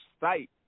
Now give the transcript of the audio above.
site